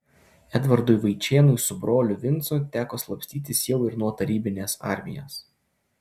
edvardui vaičėnui su broliu vincu teko slapstytis jau ir nuo tarybinės armijos